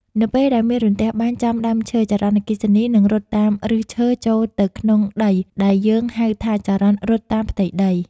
នៅពេលដែលមានរន្ទះបាញ់ចំដើមឈើ ចរន្តអគ្គិសនីនឹងរត់តាមឫសឈើចូលទៅក្នុងដីដែលយើងហៅថាចរន្តរត់តាមផ្ទៃដី។